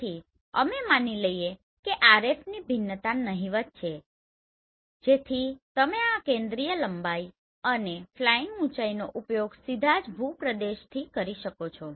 તેથી અમે માની લઈએ કે RFની ભિન્નતા નહિવત છે જેથી તમે આ કન્દ્રીય લંબાઈ અને ફ્લાઈંગ ઊચાઈનો ઉપયોગ સીધા જ ભૂપ્રદેશથી ઉપર કરી શકો છો